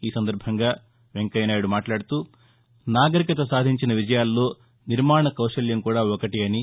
అసంతరం వెంకయ్యనాయుడు మాట్లాడుతూనాగరికత సాధించిన విజయాల్లో నిర్మాణ కౌశల్యం కూడా ఒకటి అని